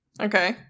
Okay